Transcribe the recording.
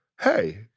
hey